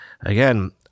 Again